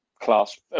class